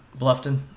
Bluffton